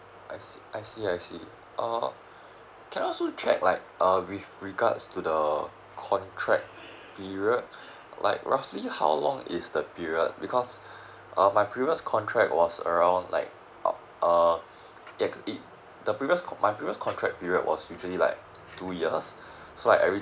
I see I see I see uh can I also check like uh with regards to the contract period like roughly how long is the period because err my previous contract was around like uh uh ex~ it the previous my previous contract period was usually like two years so I every